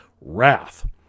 wrath